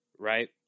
Right